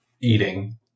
eating